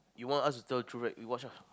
you want us to tell the truth right we watch ah